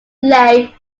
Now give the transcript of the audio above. lakes